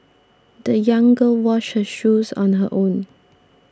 the young girl washed her shoes on her own